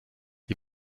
ihr